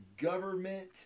government